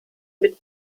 mit